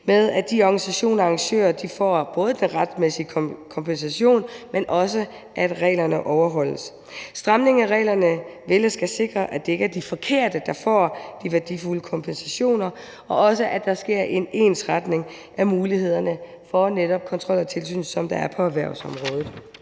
med, at organisationer og arrangører får både den retmæssige kompensation, men også, at reglerne overholdes. Stramning af reglerne skal sikre, at det ikke er de forkerte, der får de værdifulde kompensationer, og også, at der sker en ensretning af mulighederne for netop kontrol og tilsyn, som der er på erhvervsområdet.